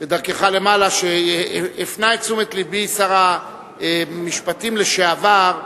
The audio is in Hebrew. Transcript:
למעלה, הפנה את תשומת לבי שר המשפטים לשעבר,